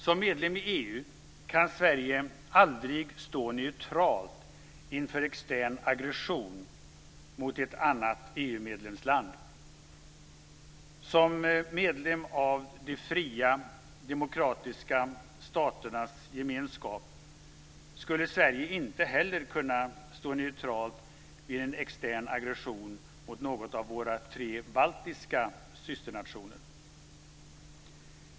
Som medlem i EU kan Sverige aldrig stå neutralt inför extern aggression mot ett annat EU Som medlem av de fria demokratiska staternas gemenskap skulle Sverige inte heller kunna stå neutralt vid en extern aggression mot någon av våra tre baltiska systernationer.